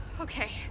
Okay